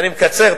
אני מקצר.